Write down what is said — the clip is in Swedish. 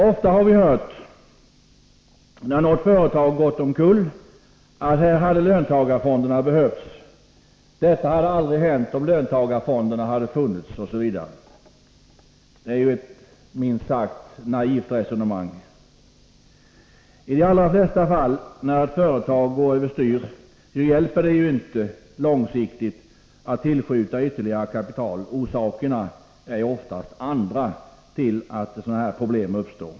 Ofta har vi hört, när något företag gått omkull: Här hade löntagarfonderna behövts — detta hade aldrig hänt om löntagarfonderna hade funnits, osv. Det är ett minst sagt naivt resonemang. När ett företag går över styr hjälper det i de allra flesta fall inte långsiktigt att tillskjuta ytterligare kapital — orsakerna till problemen är oftast andra.